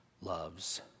loves